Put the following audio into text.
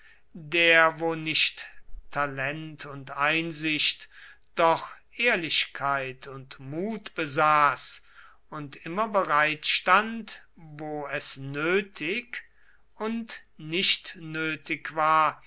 der wo nicht talent und einsicht doch ehrlichkeit und mut besaß und immer bereitstand wo es nötig und nicht nötig war